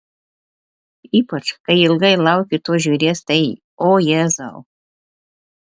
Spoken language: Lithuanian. ypač kai ilgai lauki to žvėries tai o jėzau